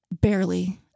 barely